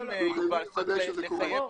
אבל ודאי שזה קורה.